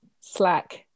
Slack